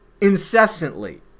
incessantly